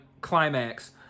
climax